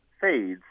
fades